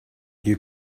you